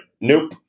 nope